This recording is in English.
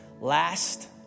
Last